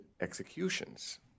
executions